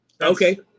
Okay